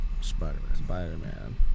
Spider-Man